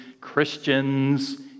Christians